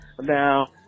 Now